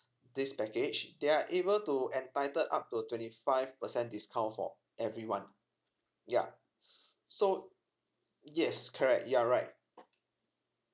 this package they are able to entitled up to twenty five percent discount for everyone ya so yes correct you're right